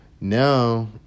now